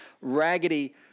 raggedy